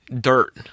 dirt –